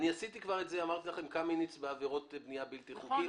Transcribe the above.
כבר עשיתי את זה עם קמיניץ בעבירות בנייה בלתי חוקית,